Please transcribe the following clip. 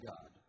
God